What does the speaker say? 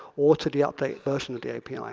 or to the update version of the api.